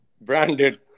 branded